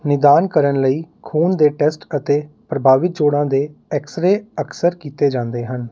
ਨਿਦਾਨ ਕਰਨ ਲਈ ਖੂਨ ਦੇ ਟੈਸਟ ਅਤੇ ਪ੍ਰਭਾਵਿਤ ਜੋੜਾਂ ਦੇ ਐਕਸ ਰੇਅ ਅਕਸਰ ਕੀਤੇ ਜਾਂਦੇ ਹਨ